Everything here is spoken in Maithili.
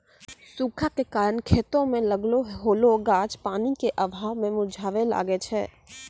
सूखा के कारण खेतो मे लागलो होलो गाछ पानी के अभाव मे मुरझाबै लागै छै